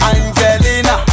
Angelina